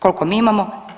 Koliko mi imamo?